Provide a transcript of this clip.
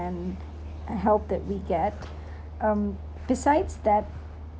and help that we get um besides that